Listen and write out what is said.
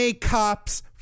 cops